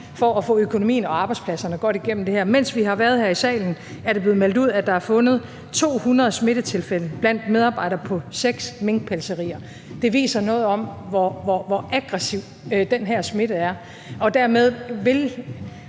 for at få økonomien og arbejdspladserne godt igennem det her. Mens vi har været her i salen, er det blevet meldt ud, at der er fundet 200 smittetilfælde blandt medarbejdere på seks minkpelserier. Det viser noget om, hvor aggressiv den her smitte er, og dermed vil